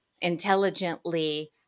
intelligently